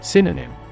Synonym